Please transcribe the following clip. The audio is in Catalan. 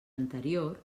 anterior